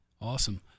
Awesome